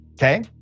Okay